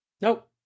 Nope